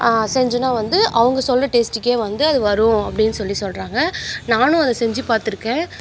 செஞ்சோன்னால் வந்து அவங்க சொன்ன டேஸ்ட்டுக்கே வந்து அது வரும் அப்படின்னு சொல்லி சொல்கிறாங்க நானும் அதை செஞ்சுப் பார்த்துருக்கேன்